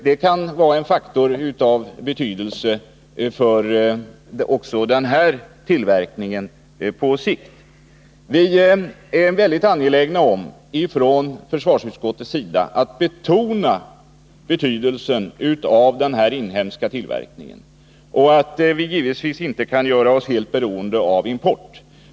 Det kan vara en faktor av betydelse också för den svenska ammoniaktillverkningen på längre sikt. Vi är från försvarsutskottets sida mycket angelägna om att betona 174 betydelsen av den här inhemska tillverkningen. Givetvis kan vi inte göra oss helt beroende av import.